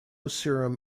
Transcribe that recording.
serum